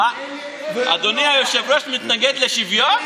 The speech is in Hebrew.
אדוני היושב-ראש מתנגד לשוויון?